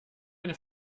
eine